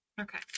Okay